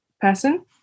person